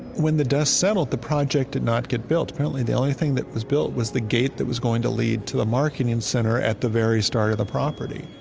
when the dust settled, the project did not get built. apparently, the only thing that was built was the gate that was going to lead to the marketing center at the very start of the property.